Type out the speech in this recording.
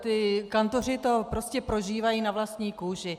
Ti kantoři to prostě prožívají na vlastní kůži.